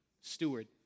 Steward